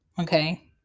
okay